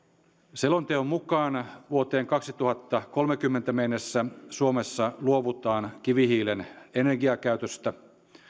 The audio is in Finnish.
selonteon mukaan vuoteen kaksituhattakolmekymmentä mennessä suomessa luovutaan kivihiilen energiakäytöstä